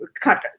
cut